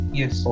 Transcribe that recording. yes